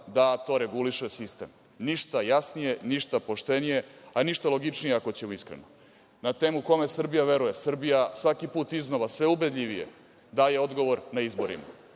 da to reguliše sistem. Ništa jasnije, ništa poštenije, a ništa logičnije ako ćemo iskreno. Na temu kome Srbija veruje. Srbija svaki put iznova sve ubedljivije daje odgovor na izborima.